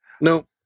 no